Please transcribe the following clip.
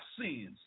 sins